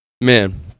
man